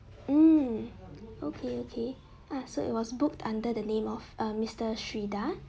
hmm okay okay ah so it was booked under the name of um mister sherida